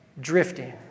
drifting